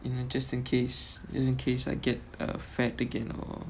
um just in case just in case I get a fat again or